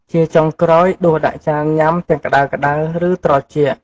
ជាចុងក្រោយ ដួសដាក់ចានញ៉ាំទាំងក្តៅៗ ឬត្រជាក់។